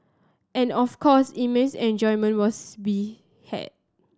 and of course immense enjoyment was be had